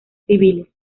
civiles